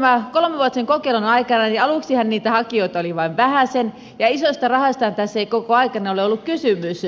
tämän kolmevuotisen kokeilun aikana aluksihan niitä hakijoita oli vain vähäsen ja isosta rahastahan tässä ei koko aikana ole ollut kysymys